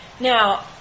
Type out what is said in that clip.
Now